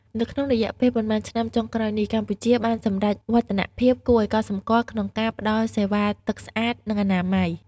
នៅក្នុងរយៈពេលប៉ុន្មានឆ្នាំចុងក្រោយនេះ កម្ពុជាបានសម្រេចវឌ្ឍនភាពគួរឱ្យកត់សម្គាល់ក្នុងការផ្តល់សេវាទឹកស្អាត និងអនាម័យ។